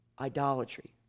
idolatry